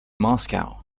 moscow